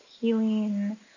healing